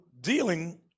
dealing